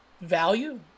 value